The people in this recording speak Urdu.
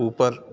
اوپر